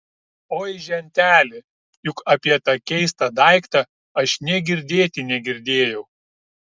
oi ženteli juk apie tą keistą daiktą aš nė girdėti negirdėjau